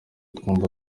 twumva